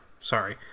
Sorry